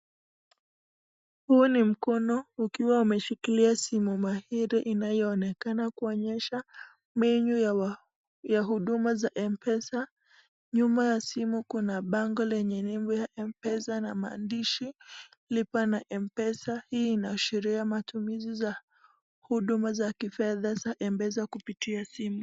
Huu ni mkono ukiwa umeshikilia simu mahiri inayoonekana kuonyesha menu ya huduma ya mpesa. Nyuma ya simu kuna bango lenye nembo ya mpesa na maandishi lipa na mpesa. Hii inaashiria matumizi za huduma za kifedha za mpesa kupitia simu.